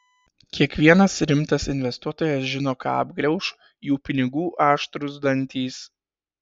kiekvienas rimtas investuotojas žino ką apgrauš jų pinigų aštrūs dantys